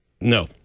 no